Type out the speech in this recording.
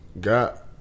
got